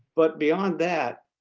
but beyond that,